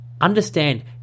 understand